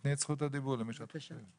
תתני את רשות הדיבור למי שאת חושבת.